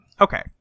Okay